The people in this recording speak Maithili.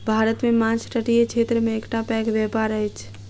भारत मे माँछ तटीय क्षेत्र के एकटा पैघ व्यापार अछि